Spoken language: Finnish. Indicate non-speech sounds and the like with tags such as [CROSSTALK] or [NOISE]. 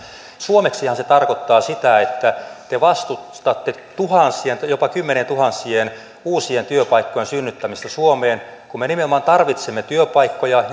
suomeksihan se tarkoittaa sitä että te vastustatte tuhansien jopa kymmenien tuhansien uusien työpaikkojen synnyttämistä suomeen kun me nimenomaan tarvitsemme työpaikkoja [UNINTELLIGIBLE]